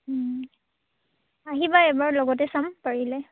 আহিবা এবাৰ লগতে চাম পাৰিলে